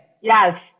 Yes